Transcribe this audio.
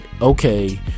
okay